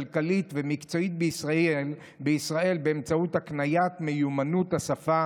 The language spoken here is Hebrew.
כלכלית ומקצועית בישראל באמצעות הקניית מיומנות השפה